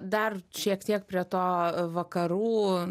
dar šiek tiek prie to vakarų